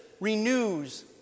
renews